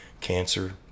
cancer